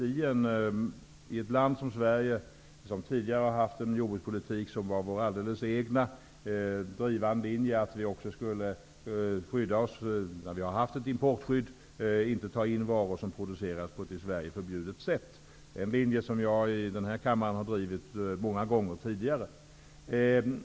I ett land som Sverige, som tidigare haft en alldeles egen jordbrukspolitik, kan man naturligtvis driva linjen att vi -- eftersom vi haft ett importskydd -- skall skydda oss och inte ta in varor som producerats på ett i Sverige förbjudet sätt. Det är en linje som jag i denna kammare många gånger tidigare har drivit.